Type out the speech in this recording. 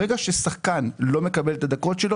ברגע ששחקן לא מקבל את הדקות שלו,